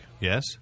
Yes